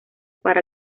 para